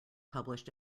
published